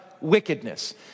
wickedness